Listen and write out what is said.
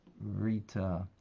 Rita